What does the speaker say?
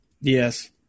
Yes